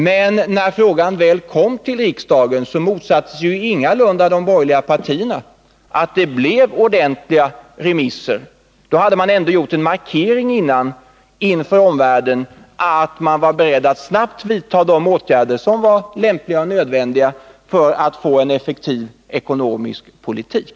Men när frågan väl förelades riksdagen motsatte sig ingalunda de borgerliga partierna att det blev ordentliga remisser. Man hade dessförinnan ändå gjort en markering inför omvärlden, att man var beredd att snabbt vidta de åtgärder som var lämpliga och nödvändiga för att få en effektiv ekonomisk politik.